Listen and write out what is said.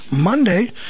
Monday